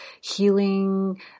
healing